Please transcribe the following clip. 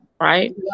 right